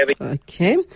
Okay